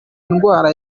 ndwara